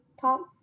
top